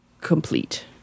Complete